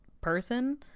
person